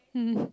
mm